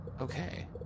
Okay